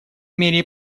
мере